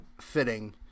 fitting